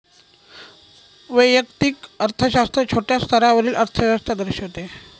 वैयक्तिक अर्थशास्त्र छोट्या स्तरावरील अर्थव्यवस्था दर्शविते